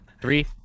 Three